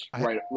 Right